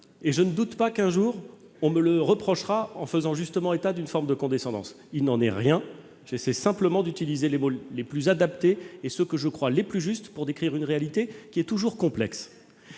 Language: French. et je ne doute pas qu'un jour on me le reprochera, en faisant justement état d'une forme de condescendance. Il n'en est rien, j'essaie simplement d'utiliser les mots les plus adaptés et ceux que je crois les plus justes pour décrire une réalité qui est toujours complexe.